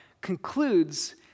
concludes